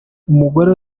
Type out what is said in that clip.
umugore